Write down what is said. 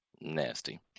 Nasty